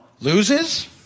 loses